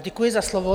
Děkuji za slovo.